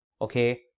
okay